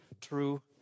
true